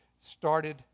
started